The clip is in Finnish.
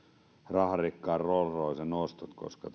raharikkaan rolls roycen oston koska